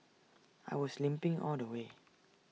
I was limping all the way